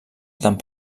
tant